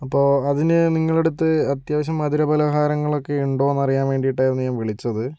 അപ്പോൾ അതിന് നിങ്ങള്ടടുത്ത് അത്യാവശ്യം മധുര പലഹാരങ്ങളൊക്കെ ഉണ്ടോന്നറിയാൻ വേണ്ടിട്ടായിരുന്നു ഞാന് വിളിച്ചത്